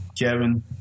Kevin